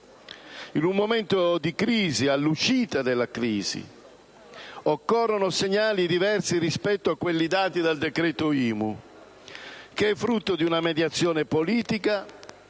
In un momento di crisi, all'uscita della crisi, occorrono segnali diversi rispetto a quelli dati dal decreto IMU, che è frutto di una mediazione politica